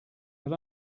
but